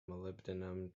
molybdenum